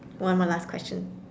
one more last question